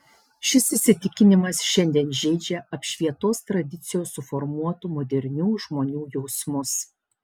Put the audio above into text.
šis įsitikinimas šiandien žeidžia apšvietos tradicijos suformuotų modernių žmonių jausmus